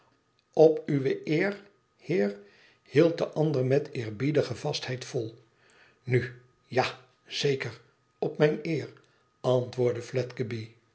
op uwe eer heer hield de ander met eerbiedige vastheid vol nu ja zeker op mijne eer antwoordde